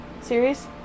series